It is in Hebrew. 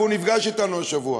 והוא נפגש אתנו השבוע,